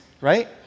right